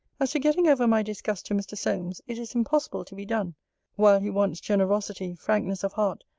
as to getting over my disgusts to mr. solmes, it is impossible to be done while he wants generosity, frankness of heart,